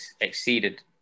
exceeded